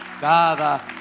cada